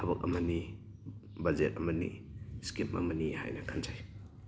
ꯊꯕꯛ ꯑꯃꯅꯤ ꯕꯖꯦꯠ ꯑꯃꯅꯤ ꯏꯁꯀꯤꯝ ꯑꯃꯅꯤ ꯍꯥꯏꯅ ꯈꯟꯖꯩ